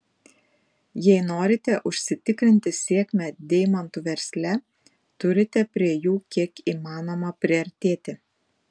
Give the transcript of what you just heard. jei norite užsitikrinti sėkmę deimantų versle turite prie jų kiek įmanoma priartėti